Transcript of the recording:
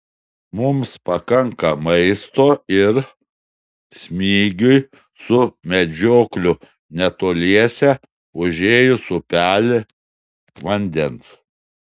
mums pakanka maisto ir smigiui su medžiokliu netoliese užėjus upelį vandens